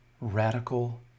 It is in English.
Radical